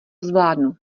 zvládnu